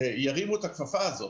ירימו את הכפפה הזאת.